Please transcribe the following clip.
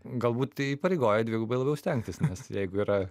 galbūt tai įpareigoja dvigubai labiau stengtis nes jeigu yra